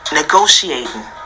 negotiating